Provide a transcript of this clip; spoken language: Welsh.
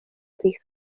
fis